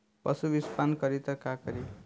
पशु विषपान करी त का करी?